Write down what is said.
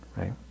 right